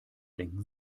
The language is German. denken